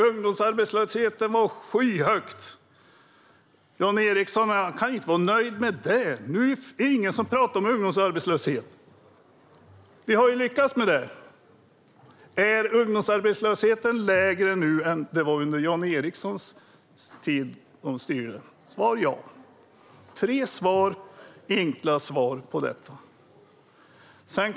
Ungdomsarbetslösheten var skyhög. Jan Ericson kan ju inte vara nöjd med det. Nu är det ingen som talar om ungdomsarbetslöshet, för vi har ju lyckats. Är ungdomsarbetslösheten lägre nu än den var när Jan Ericson var med och styrde? Svar ja. Det är tre enkla svar.